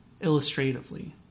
illustratively